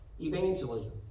evangelism